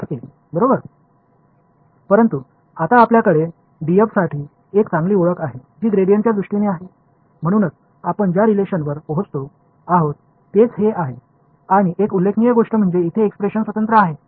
எனவே இதுதான் நாம் கொண்டு வந்த ரிலேஷன் மற்றும் இதில் மிகவும் குறிப்பிடத்தக்க விஷயம் என்னவென்றால் இங்கே உள்ள இந்த எக்ஸ்ப்ரஷன் பாதை சுதந்திரமாக உள்ளது